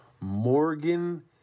Morgan